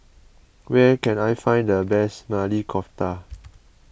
where can I find the best Maili Kofta